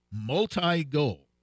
multi-goal